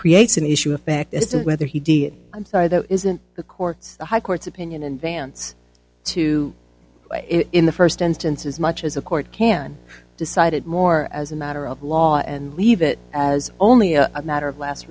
creates an issue effect as to whether he did i'm sorry that isn't the court's high court's opinion and dance to it in the first instance as much as a court can decide it more as a matter of law and leave it as only a matter of last